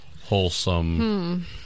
wholesome